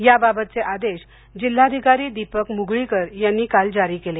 याबाबतचे आदेश जिल्हाधिकारी दिपक मुगळीकर यांनी काल जारी केले